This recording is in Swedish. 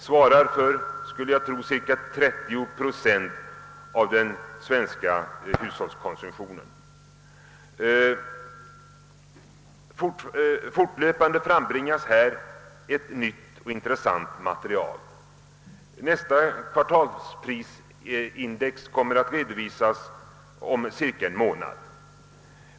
Jag skulle tro att de svarar för cirka 30 procent av den svenska hushållskonsumtionen. Fortlöpande frambringas här ett nytt och intressant material. Nästa kvartalsprisindex kommer att redovisas om ungefär en månad.